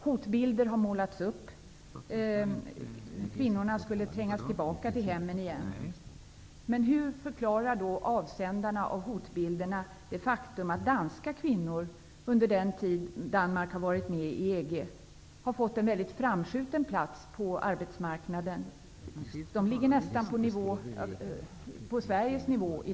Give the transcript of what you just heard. Hotbilder har målats upp om att kvinnorna skulle trängas tillbaka till hemmen igen. Men hur förklarar avsändarna av hotbilderna då det faktum att danska kvinnor under den tid Danmark har varit med i EG har fått en mycket framskjuten plats på arbetsmarknaden? De ligger i dag nästan på Sveriges nivå.